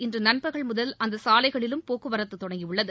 இன்று நண்பகல் முதல் அந்த சாலைகளிலும் போக்குவரத்து தொடங்கியுள்ளது